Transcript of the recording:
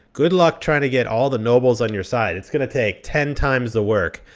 good luck trying to get all the nobles on your side. it's going to take ten times the work.